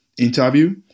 interview